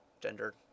gender